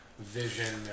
Vision